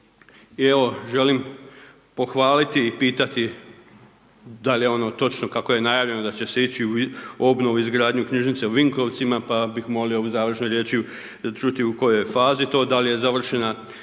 I evo, želim pohvaliti i pitati, da li je ono točno kako je najavljeno da će se ići u obnovu i izgradnju knjižnice u Vinkovcima, pa bih molio u završnoj riječi čuti u kojoj je fazi to, da li je završena